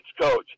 coach